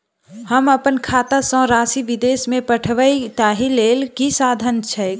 हम अप्पन खाता सँ राशि विदेश मे पठवै ताहि लेल की साधन छैक?